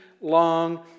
long